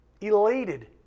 elated